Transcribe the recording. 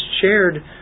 shared